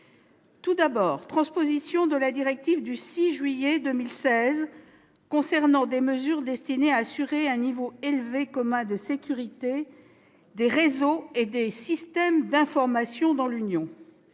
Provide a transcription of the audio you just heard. tout d'abord de transposer la directive du 6 juillet 2016 concernant des mesures destinées à assurer un niveau élevé commun de sécurité des réseaux et des systèmes d'information dans l'Union